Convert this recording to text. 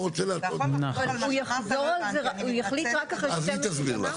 הוא יחליט רק אחרי 12 שנה?